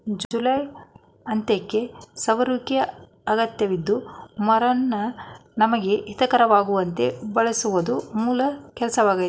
July ಅಂತ್ಯಕ್ಕೆ ಸವರುವಿಕೆ ಅಗತ್ಯದ್ದು ಮರನ ನಮಗೆ ಹಿತಕಾರಿಯಾಗುವಂತೆ ಬೆಳೆಸೋದು ಮೂಲ ಕೆಲ್ಸವಾಗಯ್ತೆ